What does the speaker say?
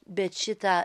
bet šitą